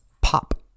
pop